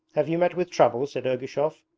have you met with trouble said ergushov.